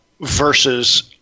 versus